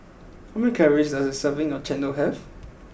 how many calories does a serving of Chendol have